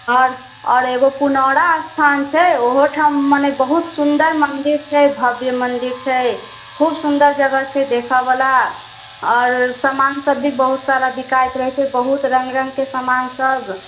और और एकगो पुनौरा अस्थान छै ओहो ठाम मने बहुत सुन्दर मन्दिर छै भव्य मन्दिर छै खूब सुन्दर जगह छै देखऽबला और सामान सब भी बहुत सारा बिकाइत रहै छै बहुत रङ्ग रङ्गके सामान सब